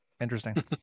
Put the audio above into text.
Interesting